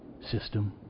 system